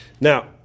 now